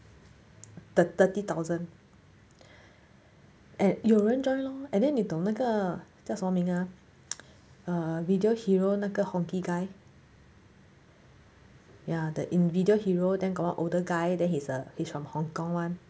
th~ thirty thousand and 有人 join lor and then 你懂那个叫什么名啊 err video hero 那个 hong kee guy ya in video hero then got one older guy that he's a he's from hong kong [one]